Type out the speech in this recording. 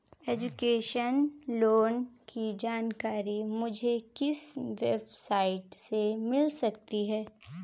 Education loan की जानकारी मुझे किस वेबसाइट से मिल सकती है?